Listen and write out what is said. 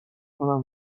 کنم